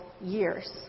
years